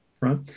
right